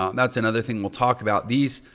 um that's another thing we'll talk about. these,